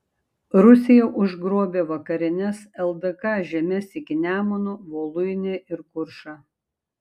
rusija užgrobė vakarines ldk žemes iki nemuno voluinę ir kuršą